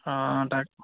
অঁ তাক